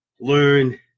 learn